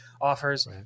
offers